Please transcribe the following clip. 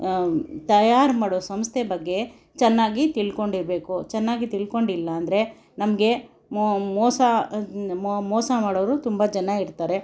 ತಯಾರು ಮಾಡೋ ಸಂಸ್ಥೆ ಬಗ್ಗೆ ಚೆನ್ನಾಗಿ ತಿಳ್ಕೊಂಡಿರ್ಬೇಕು ಚೆನ್ನಾಗಿ ತಿಳ್ಕೊಂಡಿಲ್ಲಾಂದ್ರೆ ನಮಗೆ ಮೋಸ ಮೋಸ ಮಾಡೋರು ತುಂಬ ಜನ ಇರ್ತಾರೆ